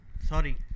Sorry